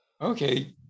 okay